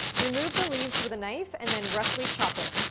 remove the leaves with a knife and then roughly chop it.